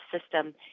system